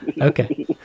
Okay